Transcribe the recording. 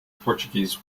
portuguese